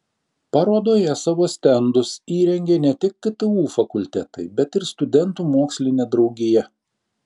parodoje savo stendus įrengė ne tik ktu fakultetai bet ir studentų mokslinė draugija